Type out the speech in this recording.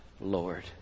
Lord